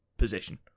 position